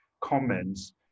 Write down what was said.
comments